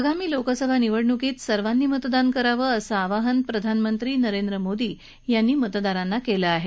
आगामी लोकसभा निवडणुकीत सर्वांनी मतदान करावं असं आवाहन प्रधानमंत्री नरेंद्र मोदी यांनी मतदारांना केलं आहे